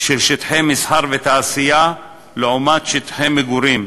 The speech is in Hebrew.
של שטחי מסחר ותעשייה לעומת שטחי מגורים,